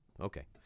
Okay